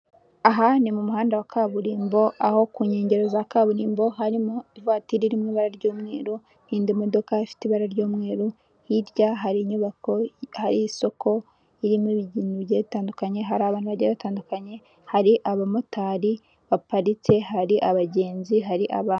Aha ni mu muhanda wa kaburimbo, aho ku nkengero za kaburimbo, harimo ivatiri iri mu ibara ry'umweru n'indi modoka ifite ibara ry'umweru, hirya hari inyubako, hari isoko ririmo ibintu bigiye bitandukanye, hari abantu bagiye batandukanye, hari abamotari baparitse, hari abagenzi, hari aba...